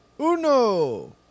Uno